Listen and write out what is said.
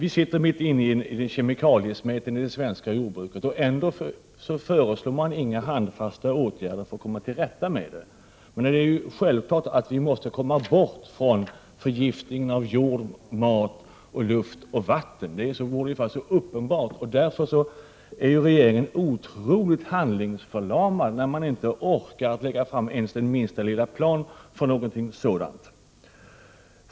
I det svenska jordbruket sitter vi mitt inne i kemikaliesmeten. Ändå föreslås inga handfasta åtgärder för att komma till rätta med problemen. Men det är ju självklart att vi måste komma bort från förgiftningen av jord, mat, luft och vatten. Därför måste jag säga att regeringen är oerhört handlingsförlamad när den inte orkar lägga fram ens den minsta plan för åtgärder.